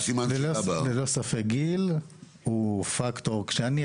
ללא ספק גיל הוא פקטור, אבל לא